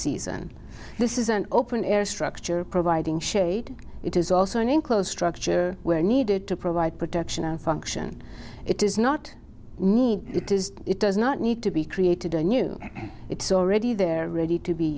season this is an open air structure providing shade it is also an enclosed structure where needed to provide protection and function it does not need it is it does not need to be created a new its already there ready to be